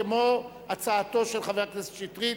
כמו הצעתו של חבר הכנסת שטרית,